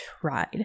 tried